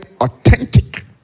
authentic